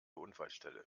unfallstelle